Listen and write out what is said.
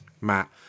Matt